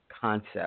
concept